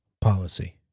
policy